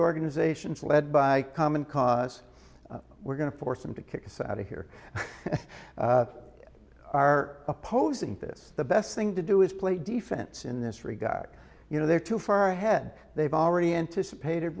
organizations led by common cause were going to force them to kick us out of here are opposing this the best thing to do is play defense in this regard you know they're too far ahead they've already anticipated